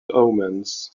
omens